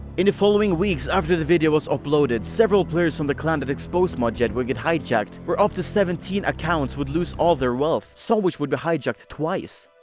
in the following weeks after the video was uploaded, several players from the clan that exposed mod jed would get hijacked, where up to seventeen accounts would lose all their wealth some which would be hijacked twice.